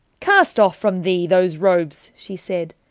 cast off from thee those robes, she said,